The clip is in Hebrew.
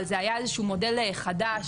אבל זה היה איזשהו מודל חדש,